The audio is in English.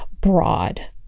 broad